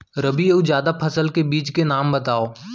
रबि अऊ जादा फसल के बीज के नाम बताव?